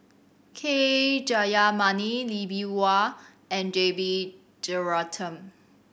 K Jayamani Lee Bee Wah and J B Jeyaretnam